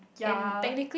ya